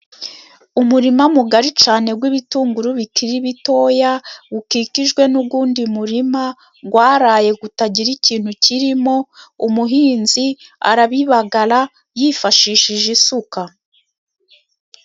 Umurima mugari cyane w'ibitunguru bikiriri bito, ukikijwe n'ubundi murima waraye, utagira ikintu kirimo, umuhinzi arabibagara yifashishije isuka.